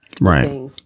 Right